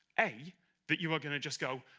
a that you are gonna just go.